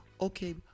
Okay